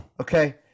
Okay